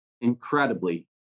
incredibly